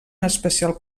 especial